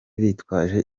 bitwaje